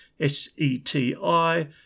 S-E-T-I